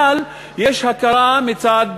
אבל יש הכרה מצד